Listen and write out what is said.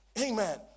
Amen